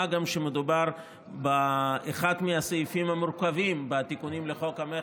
מה גם שמדובר באחד מהסעיפים המורכבים בתיקונים לחוק המכר,